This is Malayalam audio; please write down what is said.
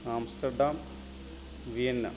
Amsterdam Vienna